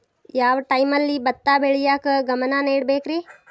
ಯಾವ್ ಟೈಮಲ್ಲಿ ಭತ್ತ ಬೆಳಿಯಾಕ ಗಮನ ನೇಡಬೇಕ್ರೇ?